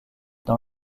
dans